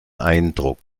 eindruck